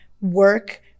work